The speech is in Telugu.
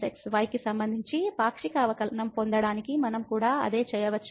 y కి సంబంధించి పాక్షిక అవకలనంపొందడానికి మనం కూడా అదే చేయవచ్చు